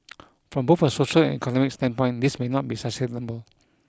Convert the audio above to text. from both a social and economic standpoint this may not be sustainable